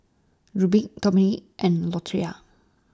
Rubie Dominque and Latoria